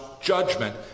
judgment